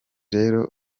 rero